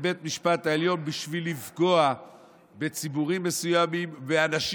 בבית משפט עליון בשביל לפגוע בציבורים מסוימים ובאנשים